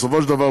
בסופו של דבר,